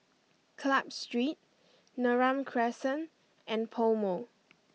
Club Street Neram Crescent and PoMo